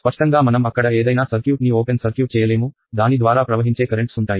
స్పష్టంగా మనం అక్కడ ఏదైనా సర్క్యూట్ ని ఓపెన్ సర్క్యూట్ చేయలేము దాని ద్వారా ప్రవహించే కరెంట్స్ ఉంటాయి